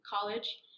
college